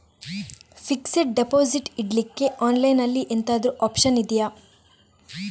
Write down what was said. Fixed deposit ಇಡ್ಲಿಕ್ಕೆ online ಅಲ್ಲಿ ಎಂತಾದ್ರೂ ಒಪ್ಶನ್ ಇದ್ಯಾ?